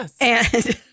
Yes